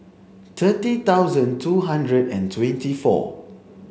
thirty thousand two hundred and twenty four